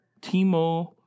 Timo